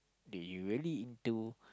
did you really into